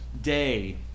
day